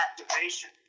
activation